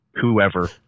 whoever